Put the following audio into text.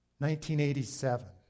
1987